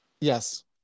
Yes